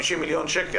50 מיליון שקל.